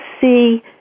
see